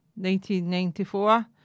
1994